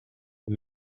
een